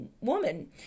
woman